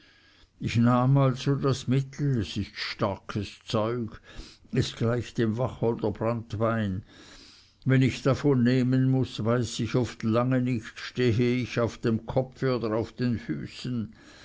ich nahm also das mittel es ist starkes zeug es gleicht dem wacholderbranntwein wenn ich davon nehmen muß weiß ich oft lange nicht stehe ich auf dem kopfe oder auf den füßen